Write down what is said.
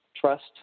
trust